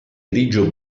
grigio